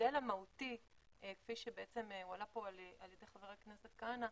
כפי שהעלה פה חבר הכנסת כהנא,